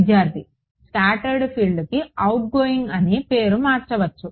విద్యార్థి స్కాటర్డ్ ఫీల్డ్కు అవుట్గోయింగ్ అని పేరు మార్చవచ్చు